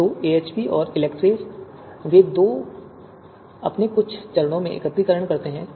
तो AHP और इलेक्ट्री वे दोनों अपने कुछ चरणों में एकत्रीकरण करते हैं